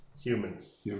Humans